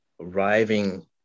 arriving